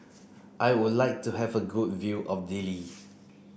I would like to have a good view of Dili